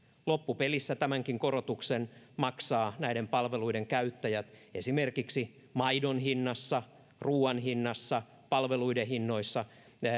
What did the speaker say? loppupelissä tämänkin korotuksen maksavat näiden palveluiden käyttäjät esimerkiksi maidon hinnassa ruoan hinnassa palveluiden hinnoissa